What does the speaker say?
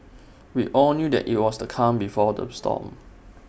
we all knew that IT was the calm before the storm